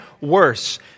worse